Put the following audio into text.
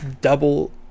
double